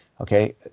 Okay